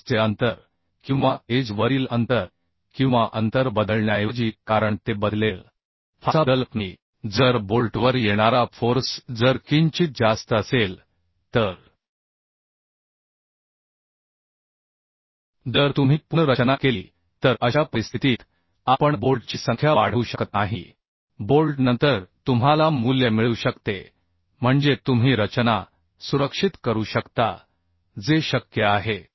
peach चे अंतर किंवा एज वरील अंतर किंवा अंतर बदलण्याऐवजी कारण ते बदलेल फारसा बदल होत नाही जर बोल्टवर येणारा फोर्स जर किंचित जास्त असेल तरजर तुम्ही पुनर्रचना केली तर अशा परिस्थितीत आपण बोल्टची संख्या वाढवू शकत नाही बोल्ट नंतर तुम्हाला मूल्य मिळू शकते म्हणजे तुम्ही रचना सुरक्षित करू शकता जे शक्य आहे